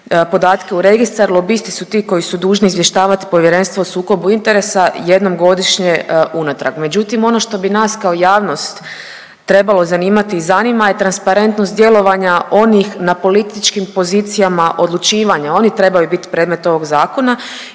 podatke u registar, lobisti su ti koji su dužni izvještavati Povjerenstvo o sukobu interesa jednom godišnje unatrag. Međutim, ono što bi nas kao javnost trebalo zanimati i zanima je transparentnost djelovanja onih na političkim pozicijama odlučivanja, oni trebaju biti predmet ovog zakona